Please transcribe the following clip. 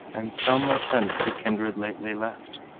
and some are sent to kindred lately left,